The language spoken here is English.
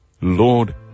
Lord